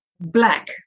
Black